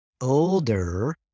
older